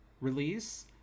Release